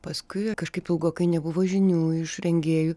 paskui kažkaip ilgokai nebuvo žinių iš rengėjų